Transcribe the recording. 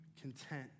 content